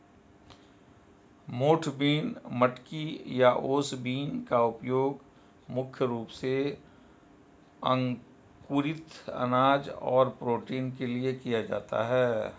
मोठ बीन, मटकी या ओस बीन का उपयोग मुख्य रूप से अंकुरित अनाज और प्रोटीन के लिए किया जाता है